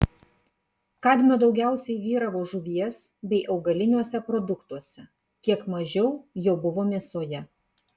kadmio daugiausiai vyravo žuvies bei augaliniuose produktuose kiek mažiau jo buvo mėsoje